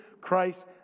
Christ